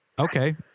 Okay